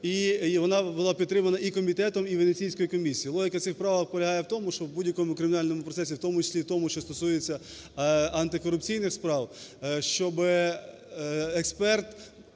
і вона була підтримана і комітетом, і Венеціанською комісією. Логіка цих правок полягає в тому, щоб в будь-якому кримінальному процесі, в тому числі і в тому, що стосується антикорупційних справ, щоби експерт,